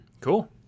Cool